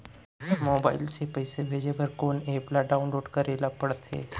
Mobile से पइसा भेजे बर कोन एप ल डाऊनलोड करे ला पड़थे?